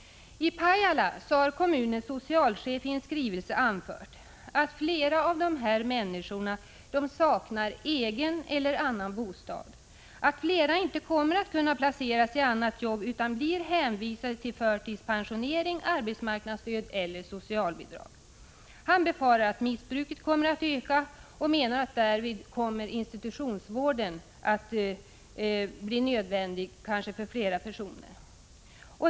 I Pajala har kommunens socialchef i en skrivelse anfört, att flera av dessa människor saknar egen eller annan bostad, att flera inte kommer att kunna placeras i annat jobb utan blir hänvisade till förtidspensionering, arbetsmarknadsstöd eller socialbidrag. Han befarar att missbruket kommer att öka och att institutionsvård därvid blir nödvändig för flera personer.